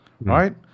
...right